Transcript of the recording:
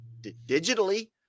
digitally